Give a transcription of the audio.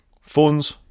phones